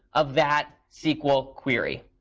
of that sql query.